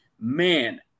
Man